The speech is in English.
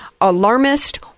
alarmist